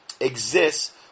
exists